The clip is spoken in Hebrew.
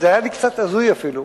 עוד היה לי קצת הזוי אפילו,